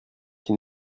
qui